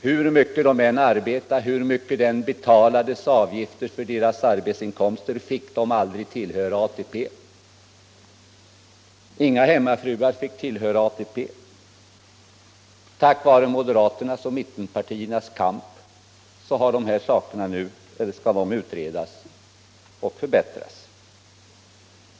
Hur mycket de än arbetade och hur mycket det än betalades avgifter för deras arbetsinkomster fick de inte tillhöra ATP. Inga hemmafruar fick tillhöra ATP. Tack vare moderaternas och mittenpartiernas kamp skall dessa saker utredas och förbättras.